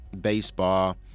baseball